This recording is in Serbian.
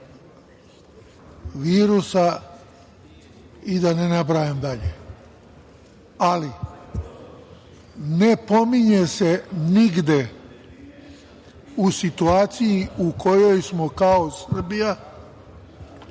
virusa i da ne nabrajam dalje. Ali, ne pominje se nigde u situaciji u kojoj smo kao Srbija